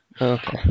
Okay